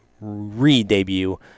re-debut